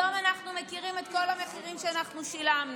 היום אנחנו מכירים את כל המחירים שאנחנו שילמנו.